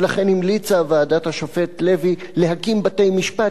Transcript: לכן המליצה ועדת השופט לוי להקים בתי-משפט